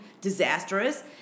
disastrous